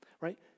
Right